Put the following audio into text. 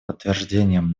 подтверждением